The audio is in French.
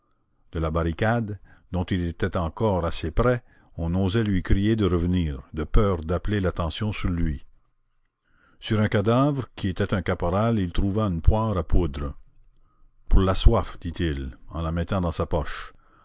de la barricade dont il était encore assez près on n'osait lui crier de revenir de peur d'appeler l'attention sur lui sur un cadavre qui était un caporal il trouva une poire à poudre pour la soif dit-il en la mettant dans sa poche